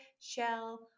Shell